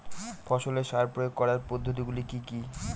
ফসলে সার প্রয়োগ করার পদ্ধতি গুলি কি কী?